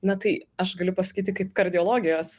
na tai aš galiu pasakyti kaip kardiologijos